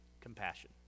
Compassion